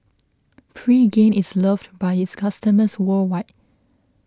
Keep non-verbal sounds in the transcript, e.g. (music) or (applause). (noise) Pregain is loved by its customers worldwide